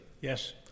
Yes